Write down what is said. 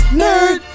nerd